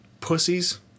pussies